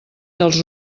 dels